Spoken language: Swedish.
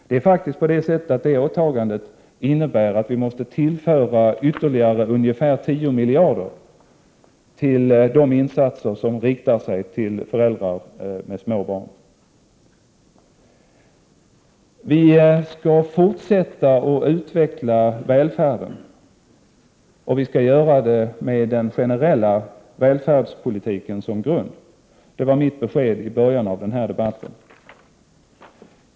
Det är faktiskt på det sättet att det åtagandet innebär att vi måste tillföra ytterligare ungefär 10 miljarder till de insatser som riktar sig till föräldrar med små barn. Vi skall fortsätta att utveckla välfärden, och vi skall göra det med den generella välfärdspolitiken som grund. Det var mitt besked i början av den här debatten.